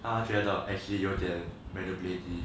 他觉得 ashley 有点 manipulative